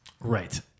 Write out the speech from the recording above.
Right